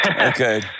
Okay